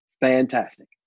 fantastic